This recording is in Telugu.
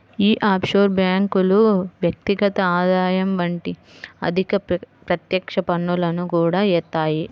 యీ ఆఫ్షోర్ బ్యేంకులు వ్యక్తిగత ఆదాయం వంటి అధిక ప్రత్యక్ష పన్నులను కూడా యేత్తాయి